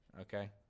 okay